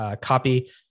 copy